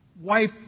wife